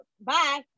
bye